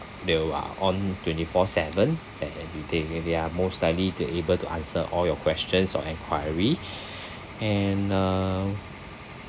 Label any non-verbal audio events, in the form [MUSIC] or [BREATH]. they're on twenty four seven at every day and they are most likely to able to answer all your questions or enquiry [BREATH] and uh